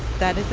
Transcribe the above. that is it.